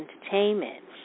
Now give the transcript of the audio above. Entertainment